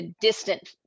distant